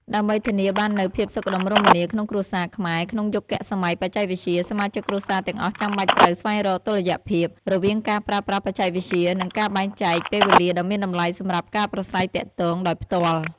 ដើម្បីធានាបាននូវភាពសុខដុមរមនាក្នុងគ្រួសារខ្មែរក្នុងយុគសម័យបច្ចេកវិទ្យា សមាជិកគ្រួសារទាំងអស់ចាំបាច់ត្រូវ ស្វែងរកតុល្យភាព រវាងការប្រើប្រាស់បច្ចេកវិទ្យា និងការបែងចែកពេលវេលាដ៏មានតម្លៃសម្រាប់ការប្រាស្រ័យទាក់ទងដោយផ្ទាល់។